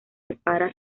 separa